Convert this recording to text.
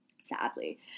sadly